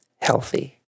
healthy